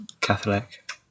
Catholic